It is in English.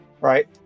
Right